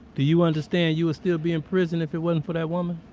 do you understand you still be in prison if it wasn't for that woman?